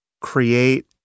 create